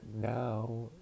now